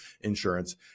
insurance